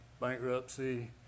bankruptcy